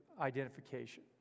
identification